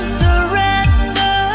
surrender